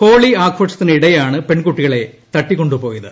holy ആഘോഷ ത്തിനിടെയാണ് പെൺകുട്ടികളെ തട്ടിക്കൊണ്ട് പോയത്